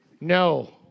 No